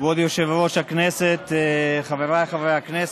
כבוד יושב-ראש הישיבה, חבריי חברי הכנסת,